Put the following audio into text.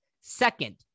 Second